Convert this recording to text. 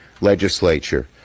legislature